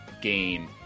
game